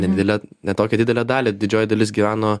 nedidelę ne tokią didelę dalį didžioji dalis gyveno